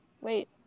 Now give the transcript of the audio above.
wait